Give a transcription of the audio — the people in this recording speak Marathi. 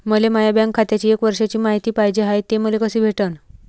मले माया बँक खात्याची एक वर्षाची मायती पाहिजे हाय, ते मले कसी भेटनं?